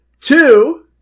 Two